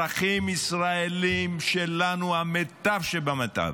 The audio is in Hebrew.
לאזרחים ישראלים שלנו, המיטב שבמיטב,